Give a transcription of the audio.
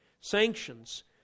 sanctions